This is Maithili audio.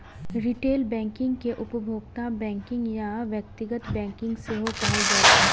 रिटेल बैंकिंग कें उपभोक्ता बैंकिंग या व्यक्तिगत बैंकिंग सेहो कहल जाइ छै